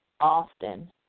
often